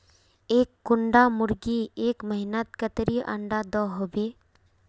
एक कुंडा मुर्गी एक महीनात कतेरी अंडा दो होबे?